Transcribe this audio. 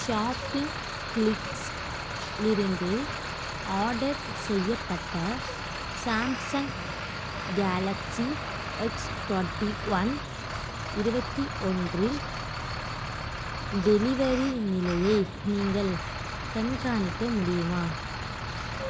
shopping க்ளிக்ஸ்லிருந்து order செய்யப்பட்ட Samsung Galaxy X twenty one இருபத்தி ஒன்றில் டெலிவரி நிலையை நீங்கள் கண்காணிக்க முடியு மா